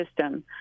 system